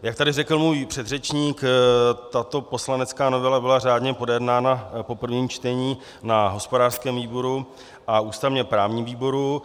Jak tady řekl můj předřečník, tato poslanecká novela byla řádně projednána po prvním čtení na hospodářském výboru a ústavněprávním výboru.